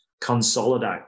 consolidate